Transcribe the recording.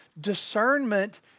Discernment